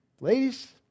Ladies